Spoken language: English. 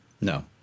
No